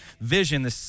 vision